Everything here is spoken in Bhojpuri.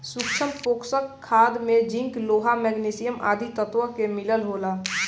सूक्ष्म पोषक खाद में जिंक, लोहा, मैग्निशियम आदि तत्व के मिलल होला